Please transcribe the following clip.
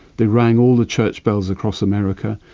they rang all the church bells across america.